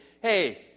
Hey